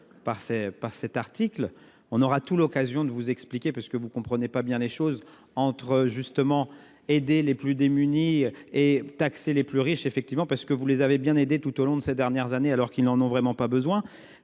par cet article, on aura tout l'occasion de vous expliquer parce que vous comprenez pas bien les choses entre justement aider les plus démunis et taxer les plus riches effectivement parce que vous les avez bien aider tout au long de ces dernières années, alors qu'ils n'en n'ont vraiment pas besoin